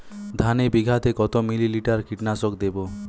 ধানে বিঘাতে কত মিলি লিটার কীটনাশক দেবো?